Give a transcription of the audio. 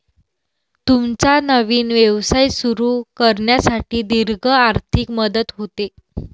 तुमचा नवीन व्यवसाय सुरू करण्यासाठी दीर्घ आर्थिक मदत होते